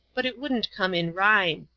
but it wouldn't come in rhyme.